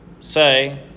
say